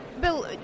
bill